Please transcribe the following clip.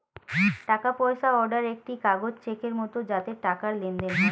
টাকা পয়সা অর্ডার একটি কাগজ চেকের মত যাতে টাকার লেনদেন হয়